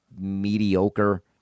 mediocre